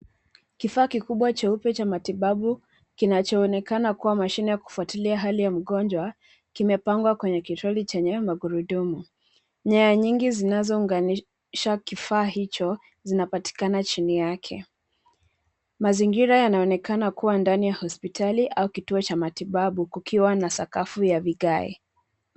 Kifaa kikubwa cheupe cha matibabu kinachoonekana kuwa mashine ya kufuatilia hali ya mgonjwa, kimepangwa kwenye kitroli chenye magurudumu . Nyaya nyingi zinazounganisha kifaa hicho, zinapatikana chini yake. Mazingira yanaonekana kuwa ndani ya hospitali au kituo cha matibabu, kukiwa na sakafu ya vigae.